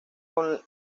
con